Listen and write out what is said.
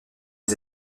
les